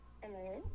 Hello